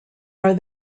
are